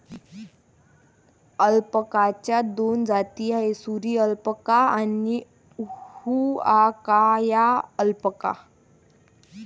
अल्पाकाच्या दोन जाती आहेत, सुरी अल्पाका आणि हुआकाया अल्पाका